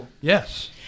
yes